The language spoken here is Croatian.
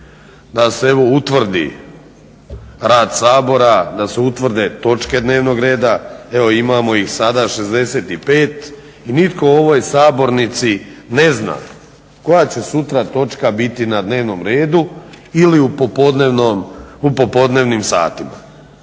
da se utvrdi rad Sabora, da se utvrde točke dnevnog reda. Evo imamo ih sada 65 i nitko u ovoj sabornici ne zna koja će sutra točka biti na dnevnom redu ili u popodnevnim satima.